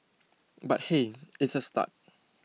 but hey it's a start